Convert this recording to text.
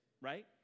right